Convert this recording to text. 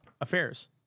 affairs